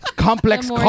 complex